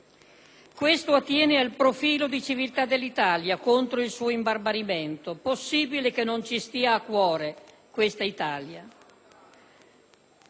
Questo attiene al profilo di civiltà dell'Italia contro il suo imbarbarimento: possibile che non ci stia a cuore questa Italia?